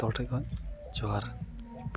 ᱡᱚᱛᱚ ᱦᱚᱲ ᱴᱷᱮᱡ ᱠᱷᱚᱡ ᱡᱚᱦᱟᱨ